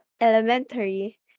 elementary